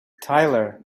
tyler